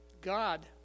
God